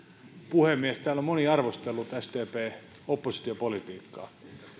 puhemies täällä on moni arvostellut sdpn oppositiopolitiikkaa